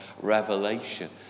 revelation